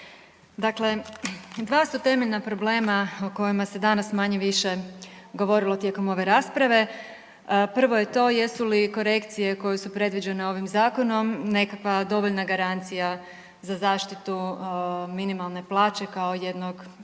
Dakle, dva su temeljna problema o kojima se danas manje-više govorilo tijekom ove rasprave. Prvo je to jesu li korekcije koje su predviđene ovim zakonom nekakva dovoljna garancija za zaštitu minimalne plaće kao jednog